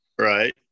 right